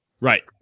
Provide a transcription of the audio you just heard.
Right